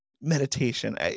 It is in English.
meditation